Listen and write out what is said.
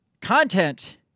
content